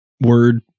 Word